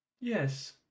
Yes